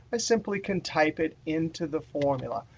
i simply can type it into the formula.